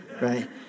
right